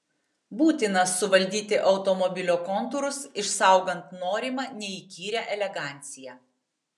būtina suvaldyti automobilio kontūrus išsaugant norimą neįkyrią eleganciją